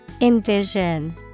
Envision